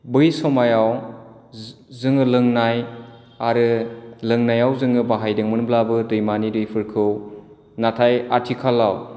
बै समायाव जोङो लोंनाय आरो लोंनायाव जोङो बाहायदोंमोनब्लाबो दैमानि दैफोरखौ नाथाय आथिखालाव